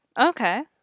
Okay